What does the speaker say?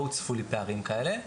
לא הוצפו לי פערים כאלה.